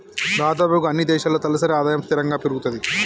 దాదాపుగా అన్నీ దేశాల్లో తలసరి ఆదాయము స్థిరంగా పెరుగుతది